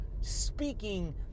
speaking